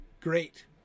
great